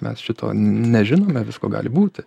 mes šito nežinome visko gali būti